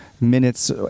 minutes